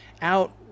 out